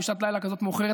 בשעת לילה כזאת מאוחרת.